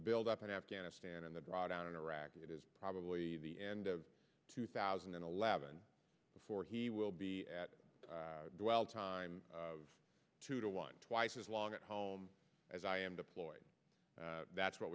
buildup in afghanistan and the drawdown in iraq it is probably the end of two thousand and eleven before he will be at a time of two to one twice as long at home as i am deployed that's what